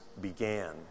began